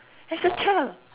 as a child